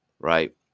right